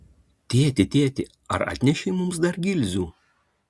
tėti tėti ar atnešei mums dar gilzių